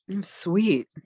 sweet